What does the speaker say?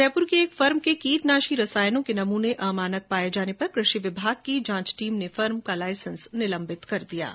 जयपुर की एक फर्म के कीटनाशी रसायनों के नमूने अमानक पाए जाने पर कृषि विभाग की जांच टीम ने फर्म का लाइसेंस निलम्बित कर दिया है